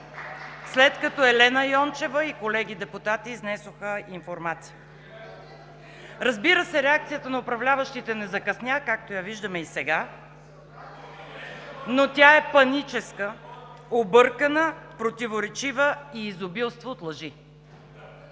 след като Елена Йончева и колеги депутати изнесоха информация. (Силен шум.) Разбира се, реакцията на управляващите не закъсня, както я виждаме и сега, но тя е паническа, объркана, противоречива и изобилства от лъжи.